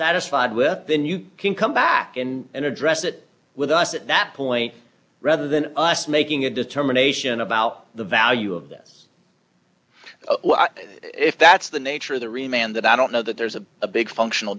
satisfied with then you can come back in and address it with us at that point rather than us making a determination about the value of this if that's the nature of the remained that i don't know that there's a a big functional